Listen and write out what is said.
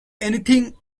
anything